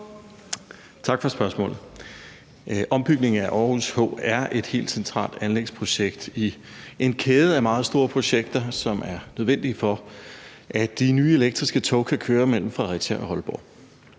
Tak for spørgsmålet. Ombygningen af Aarhus Hovedbanegård er et helt centralt anlægsprojekt i en kæde af meget store projekter, som er nødvendige for, at de nye elektriske tog kan køre mellem Fredericia og Aalborg.